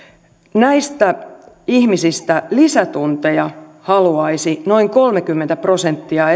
näistä ihmisistä lisätunteja haluaisi noin kolmekymmentä prosenttia